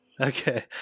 Okay